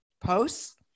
posts